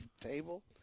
table